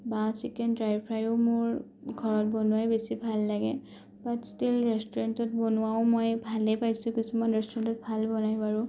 বা chicken dry ফ্ৰাইও মোৰ ঘৰত বনোৱাই বেছি ভাল লাগে বাট ষ্টীল ৰেষ্টুৰেণ্টত বনোৱাও মই ভালেই পাইছোঁ কিছুমান ৰেষ্টুৰেণ্টত বনাই বাৰু